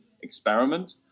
experiment